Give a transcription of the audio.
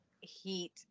heat